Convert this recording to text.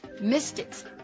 mystics